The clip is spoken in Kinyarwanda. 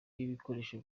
ibikoresho